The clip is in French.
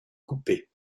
coupet